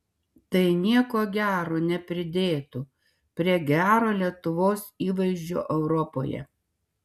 tai nieko gero nepridėtų prie gero lietuvos įvaizdžio europoje